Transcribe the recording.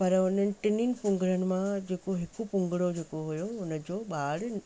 पर हुननि टिनिनि पुंगड़नि मां जेको हिकु पुंगड़ो जेको हुयो हुन जो ॿारु